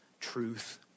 truth